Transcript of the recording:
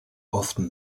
often